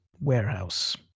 warehouse